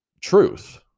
truth